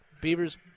Beavers